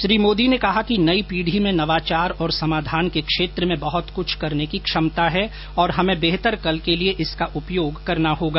श्री मोदी ने कहा कि नई पीढ़ी में नवाचार और समाधान के क्षेत्र में बहुत कूछ करने की क्षमता है और हमें बेहतर कल के लिए इसका उपयोग करना होगा